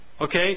Okay